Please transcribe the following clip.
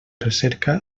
recerca